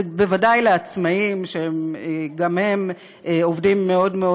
ובוודאי לעצמאים שהם גם עובדים מאוד מאוד